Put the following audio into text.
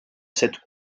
cette